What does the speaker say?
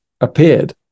appeared